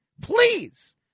Please